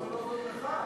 אני רוצה להודות לך,